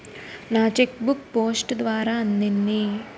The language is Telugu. నా చెక్ బుక్ పోస్ట్ ద్వారా అందింది